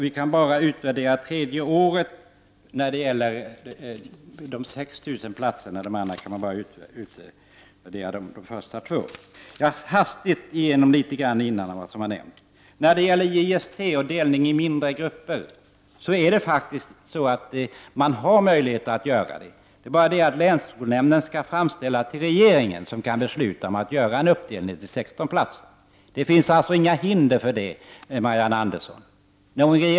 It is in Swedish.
Vi kan nu utvärdera det tredje året enbart när det gäller de 6 000 platserna. För de andra platserna kan endast de första två åren utvärderas. Jag skall hastigt säga några ord om vad som har nämnts här tidigare. Det finns faktiskt möjligheter till delning i mindre grupper inom JST-utbildningarna. Det är bara det att länsskolnämnderna skall göra en framställning till regeringen, som kan besluta om en delning till klasser med 16 elever. Det finns alltså inga hinder för det, Marianne Andersson.